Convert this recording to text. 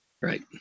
Right